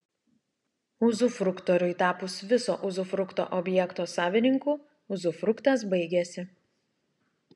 uzufruktoriui tapus viso uzufrukto objekto savininku uzufruktas baigiasi